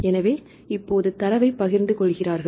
எனவே இப்போது தரவைப் பகிர்ந்து கொள்கிறார்கள்